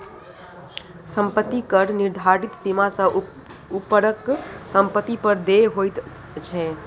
सम्पत्ति कर निर्धारित सीमा सॅ ऊपरक सम्पत्ति पर देय होइत छै